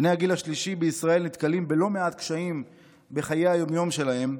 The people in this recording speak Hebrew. בני הגיל השלישי במדינת ישראל נתקלים בלא מעט קשיים בחיי היום-יום שלהם.